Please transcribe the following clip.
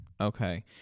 Okay